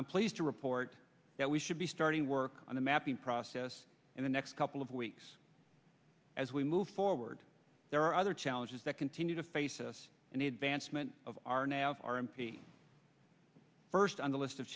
i'm pleased to report that we should be starting work on the mapping process in the next couple of weeks as we move forward there are other challenges that continue to face us and the advancement of arnav our m p first on the list of